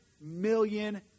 million